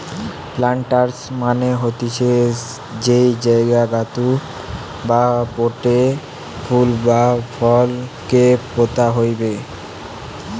planters মানে হতিছে যেই জায়গাতু বা পোটে ফুল বা ফল কে পোতা হইবে